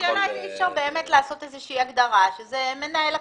השאלה אם אי אפשר לעשות איזושהי הגדרה שזה מנהל הכספים,